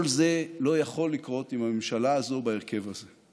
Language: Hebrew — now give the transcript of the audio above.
כל זה לא יכול לקרות עם הממשלה הזאת, בהרכב הזה.